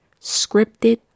scripted